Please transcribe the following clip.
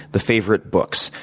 the favorite books,